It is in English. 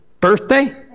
birthday